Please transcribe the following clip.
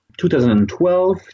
2012